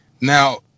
Now